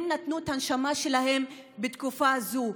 הם נתנו את הנשמה שלהם בתקופה הזו,